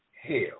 hell